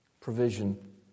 provision